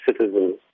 citizens